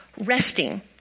resting